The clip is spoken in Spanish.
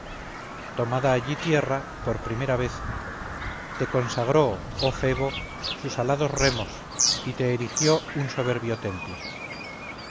tomada allí tierra por primera vez te consagró oh febo sus alados remos y te erigió un soberbio templo